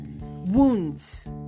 Wounds